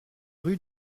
rue